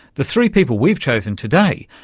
the three people we've chosen today,